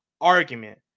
argument